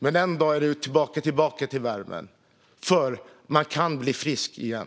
Men en dag är du tillbaka i värmen, för du kan bli frisk igen.